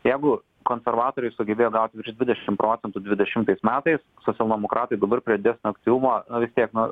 jeigu konservatoriai sugebėjo gaut virš dvidešim procentų dvidešimtais metais socialdemokratai dabar prie didesnio aktyvumo vis tiek nu